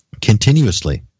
continuously